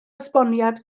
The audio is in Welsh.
esboniad